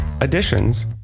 additions